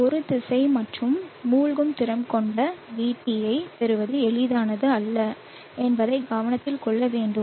ஒரு திசை மற்றும் மூழ்கும் திறன் கொண்ட VT யைப் பெறுவது எளிதானது அல்ல என்பதை கவனத்தில் கொள்ள வேண்டும்